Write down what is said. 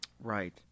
Right